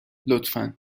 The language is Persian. لطفا